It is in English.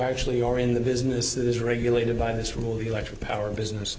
actually are in the business that is regulated by this rule the electric power business